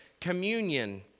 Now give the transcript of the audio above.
communion